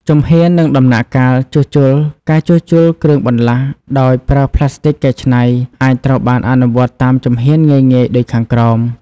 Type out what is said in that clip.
ជំហាន និងដំណាក់កាលជួសជុលការជួសជុលគ្រឿងបន្លាស់ដោយប្រើផ្លាស្ទិកកែច្នៃអាចត្រូវបានអនុវត្តតាមជំហានងាយៗដូចខាងក្រោម